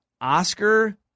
Oscar